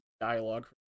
dialogue